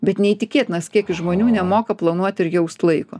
bet neįtikėtinas kiekis žmonių nemoka planuoti ir jaust laiko